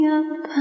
up